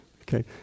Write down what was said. Okay